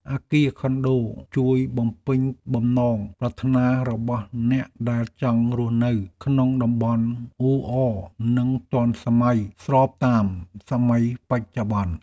អគារខុនដូជួយបំពេញបំណងប្រាថ្នារបស់អ្នកដែលចង់រស់នៅក្នុងតំបន់អ៊ូអរនិងទាន់សម័យស្របតាមសម័យបច្ចុប្បន្ន។